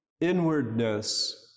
inwardness